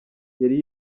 yari